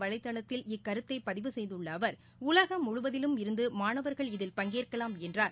வலைதளத்தில் இக்கருத்தைபதிவு செய்துள்ளஅவர் உலகம் முழுவதிலுமிருந்துமாணவர்கள் இதில் சமுக பங்கேற்கலாம் என்றார்